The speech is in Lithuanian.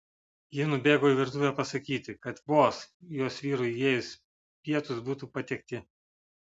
ji nubėgo į virtuvę pasakyti kad vos jos vyrui įėjus pietūs būtų patiekti